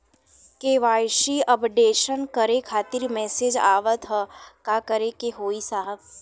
KYC updation करें खातिर message आवत ह का करे के होई साहब?